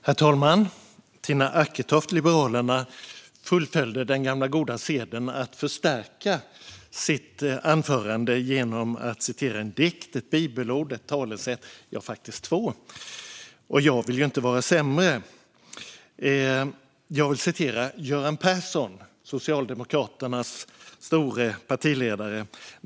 Herr talman! Tina Acketoft från Liberalerna fullföljde den gamla goda seden och förstärkte sitt anförande med ett citat och ett talesätt, och jag vill inte vara sämre. Man kan återge en dikt, ett bibelord eller ett talesätt. Jag vill citera Göran Persson, Socialdemokraternas store partiledare.